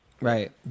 Right